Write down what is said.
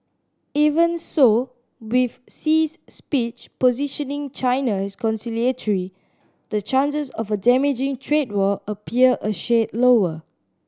even so with Xi's speech positioning China as conciliatory the chances of a damaging trade war appear a shade lower